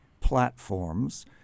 platforms